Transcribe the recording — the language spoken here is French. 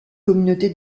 communauté